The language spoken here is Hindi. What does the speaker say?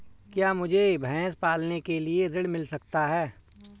क्या मुझे भैंस पालने के लिए ऋण मिल सकता है?